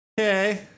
Okay